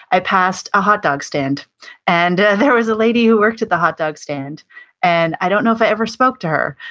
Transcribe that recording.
i passed a hotdog stand and there was a lady who worked at the hot dog stand and i don't know if i ever spoke to her,